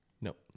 Nope